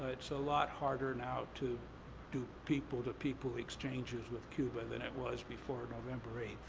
it's a lot harder now to do people to people exchanges with cuba than it was before november eighth.